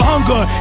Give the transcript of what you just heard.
Hunger